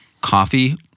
coffee